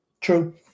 True